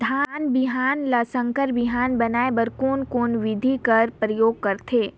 धान बिहान ल संकर बिहान बनाय बर कोन कोन बिधी कर प्रयोग करथे?